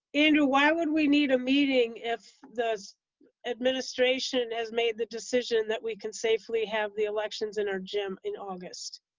andrew, why would we need a meeting if administration has made the decision that we can safely have the elections in our gym in august?